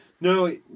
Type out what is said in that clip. No